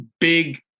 big